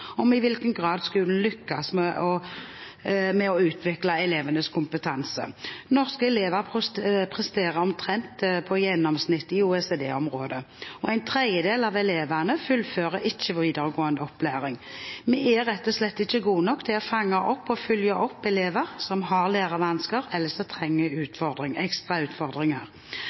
om i hvilken grad skolen lykkes med å utvikle elevenes kompetanse. Norske elever presterer omtrent på gjennomsnittet i OECD-området, og en tredjedel av elevene fullfører ikke videregående opplæring. Vi er rett og slett ikke gode nok til å fange opp og følge opp elever som har lærevansker, eller som trenger